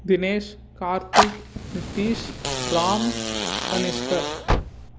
Dinesh Karthik Nitish Ram Kanishka